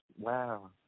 Wow